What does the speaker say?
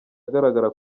agaragaza